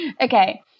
Okay